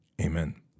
Amen